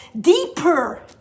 deeper